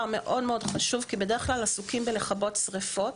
מאוד חשוב כי בדרך כלל עסוקים בלכבות שריפות,